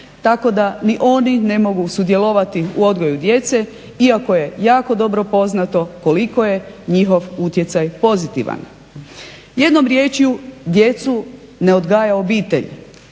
tako da ni oni ne mogu sudjelovati u odgoju djece iako je jako dobro poznato koliko je njihov utjecaj pozitivan. Jednom riječju djecu ne odgaja obitelj